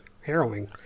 harrowing